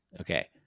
Okay